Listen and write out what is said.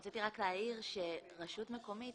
רציתי להעיר שרשות מקומית